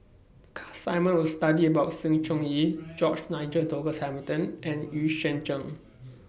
The class assignment was to study about Sng Choon Yee George Nigel Douglas Hamilton and Xu Yuan Zhen